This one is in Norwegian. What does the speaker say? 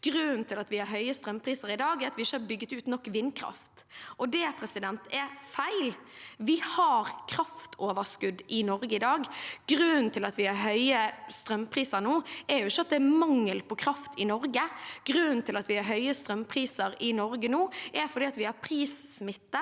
grunnen til at vi har høye strømpriser i dag, er at vi ikke har bygget ut nok vindkraft. Det er feil. Vi har kraftoverskudd i Norge i dag. Grunnen til at vi har høye strømpriser nå, er ikke at det er mangel på kraft i Norge. Grunnen til at vi har høye strømpriser i Norge nå, er at vi har prissmitte